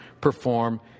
perform